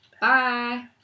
Bye